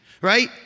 right